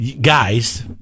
guys